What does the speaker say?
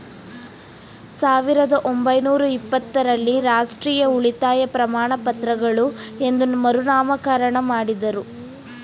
ಸಾವಿರದ ಒಂಬೈನೂರ ಇಪ್ಪತ್ತ ರಲ್ಲಿ ರಾಷ್ಟ್ರೀಯ ಉಳಿತಾಯ ಪ್ರಮಾಣಪತ್ರಗಳು ಎಂದು ಮರುನಾಮಕರಣ ಮಾಡುದ್ರು